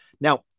Now